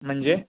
म्हणजे